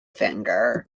finger